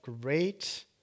great